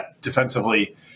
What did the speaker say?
defensively